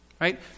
right